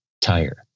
tire